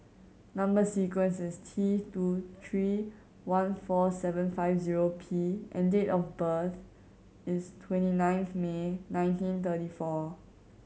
number sequence is T two three one four seven five zero P and date of birth is twenty ninth May nineteen thirty four